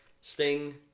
Sting